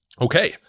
Okay